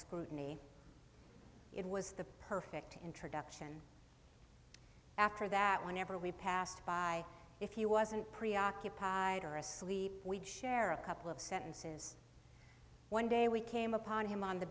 scrutiny it was the perfect introduction after that whenever we passed by if you wasn't preoccupied or asleep we'd share a couple of sentences one day we came upon him on the